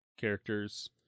characters